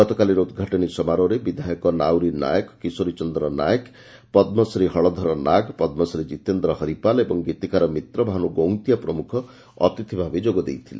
ଗତକାଲିର ଉଦ୍ଘାଟନୀ ସମାରୋହରେ ବିଧାୟକ ନାଉରୀ ନାୟକ କିଶୋର ଚନ୍ଦ୍ର ନାୟକ ପଦ୍କଶ୍ରୀ ହରଧର ନାଗ ପଦ୍କଶ୍ରୀ ଜୀତେନ୍ଦ୍ର ହରିପାଲ ଏବଂ ଗୀତିକାର ମିତ୍ରଭାନ୍ଦ ଗଉନ୍ତିଆ ପ୍ରମଖ ଅତିଥି ଭାବେ ଯୋଗ ଦେଇଥିଲେ